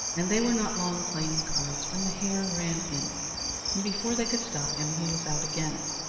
and they were not long playing cards when the hare ran in and before they could stop him he was out again.